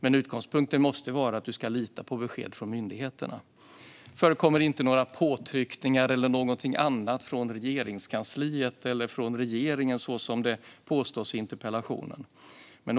Men utgångspunkten måste vara att man ska kunna lita på besked från myndigheterna. Det förekommer inte några påtryckningar eller någonting annat från Regeringskansliet eller regeringen, så som det påstås i interpellationen.